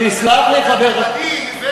תסלח לי,